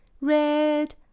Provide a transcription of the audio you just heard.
Red